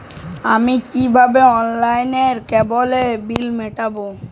আমি কিভাবে অনলাইনে কেবলের বিল মেটাবো?